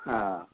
हँ